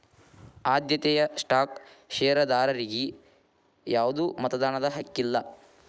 ಆದ್ಯತೆಯ ಸ್ಟಾಕ್ ಷೇರದಾರರಿಗಿ ಯಾವ್ದು ಮತದಾನದ ಹಕ್ಕಿಲ್ಲ